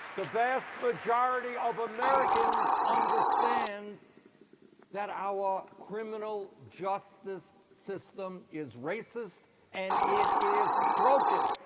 the vast majority of americans understand that our criminal justice system is racist and it is broken.